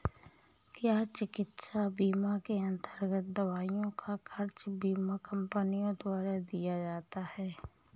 क्या चिकित्सा बीमा के अन्तर्गत दवाइयों का खर्च बीमा कंपनियों द्वारा दिया जाता है?